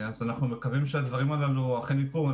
אנחנו מקווים שהדברים הללו אכן יקרו.